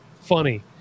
funny